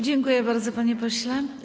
Dziękuję bardzo, panie pośle.